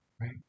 right